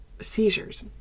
seizures